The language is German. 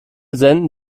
senden